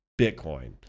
Bitcoin